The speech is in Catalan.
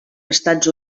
estats